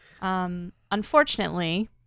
Unfortunately